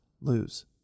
lose